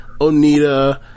Onita